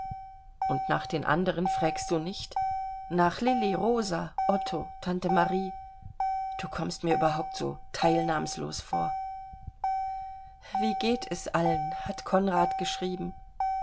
und nach den anderen frägst du nicht nach lilli rosa otto tante marie du kommst mir überhaupt so teilnahmslos vor wie geht es allen hat konrad geschrieben